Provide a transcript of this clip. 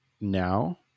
now